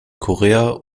korea